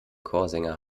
chorsänger